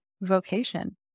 vocation